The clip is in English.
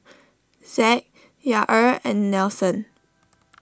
Zack Yair and Nelson